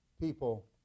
people